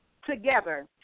together